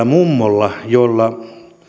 mummolla jolla